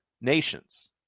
nations